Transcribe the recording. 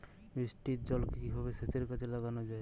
বৃষ্টির জলকে কিভাবে সেচের কাজে লাগানো যায়?